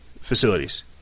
facilities